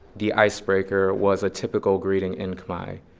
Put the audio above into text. the icebreaker was a typical greeting in khmer,